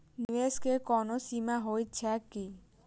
निवेश केँ कोनो सीमा होइत छैक की?